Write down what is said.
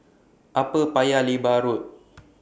Upper Paya Lebar Road